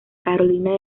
carolina